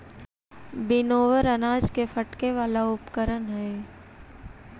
winnower अनाज के फटके वाला उपकरण हई